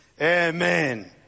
Amen